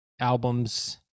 albums